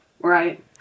Right